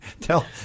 tell